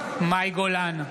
גולן,